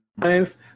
five